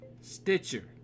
Stitcher